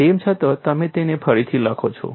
તેમ છતાં તમે તેને ફરીથી લખી શકો છો